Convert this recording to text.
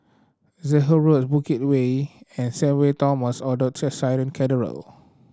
Zehnder Road Bukit Way and Thomas Orthodox Syrian Cathedral